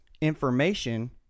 information